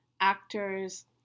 actors